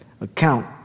Account